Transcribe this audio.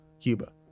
Cuba